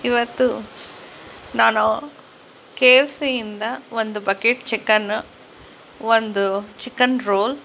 ಇವತ್ತು ನಾನು K F ಸಿಯಿಂದ ಒಂದು ಬಕೆಟ್ ಚಿಕನ್ನು ಒಂದು ಚಿಕನ್ ರೋಲ್